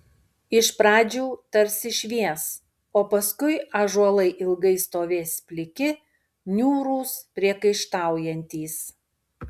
iš pradžių tarsi švies o paskui ąžuolai ilgai stovės pliki niūrūs priekaištaujantys